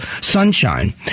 sunshine